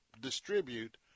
distribute